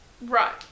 Right